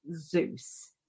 Zeus